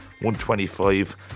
125